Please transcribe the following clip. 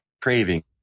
craving